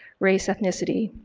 race, ethnicity,